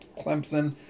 Clemson